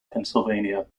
pennsylvania